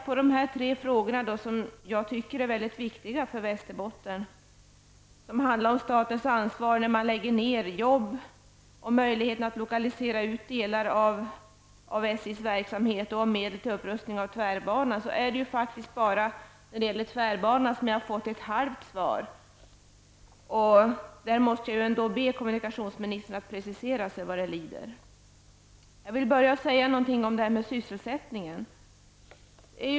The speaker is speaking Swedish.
På de tre frågorna som jag tycker är viktiga för Västerbotten, nämligen om statens ansvar vid nedläggningar av arbeten, möjligheterna att lokalisera ut delar av SJs verksamhet och medel till upprustning av tvärbanan, är det bara angående tvärbanan som jag har fått ett halvt svar. Där måste jag ändå vad det lider be kommunikationsministern precisera sig. Jag vill börja med sysselsättningen.